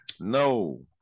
no